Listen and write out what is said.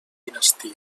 dinastia